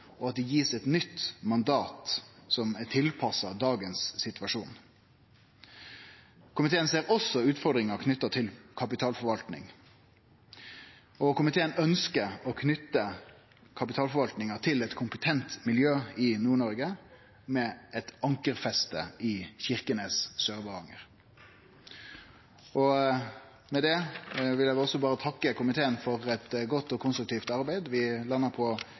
og at dei blir gitte eit nytt mandat, som er tilpassa dagens situasjon. Komiteen ser også utfordringa knytt til kapitalforvalting. Komiteen ønskjer å knyte kapitalforvaltinga til eit kompetent miljø i Nord-Noreg, med eit ankerfeste i Kirkenes/Sør-Varanger. Med det vil eg takke komiteen for eit godt og konstruktivt arbeid. Vi landa på